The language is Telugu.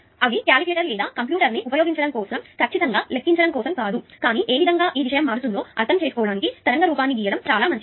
అవి కాలిక్యులేటర్ లేదా కంప్యూటర్ను ఉపయోగించడం కోసం ఖచ్చితంగా లెక్కించడం కోసం కాదు కానీ ఏ విధంగా విషయం మారుతుందో అర్థం చేసుకోవడానికి తరంగ రూపాన్ని గీయడం చాలా మంచిది